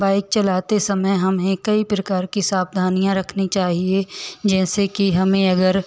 bike चलाते समय हमें कई प्रकार की सावधानियाँ रखनी चाहिए जैसे कि हमें अगर